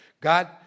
God